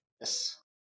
Yes